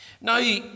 Now